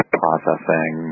processing